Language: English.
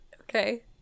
Okay